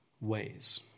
ways